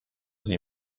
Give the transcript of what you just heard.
sie